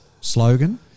slogan